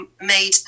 made